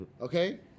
Okay